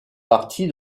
parti